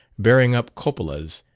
bearing up cupolas,